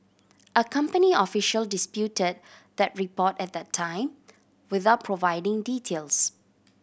a company official disputed that report at the time without providing details